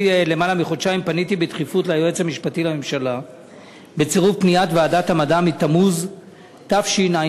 פניתי בדחיפות ליועץ המשפטי לממשלה בצירוף פניית ועדת המדע מתמוז תשע"ג,